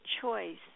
choice